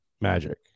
Magic